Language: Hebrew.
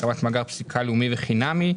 הקמת מאגר זיקה לאומית חינמי,